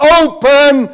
open